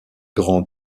grant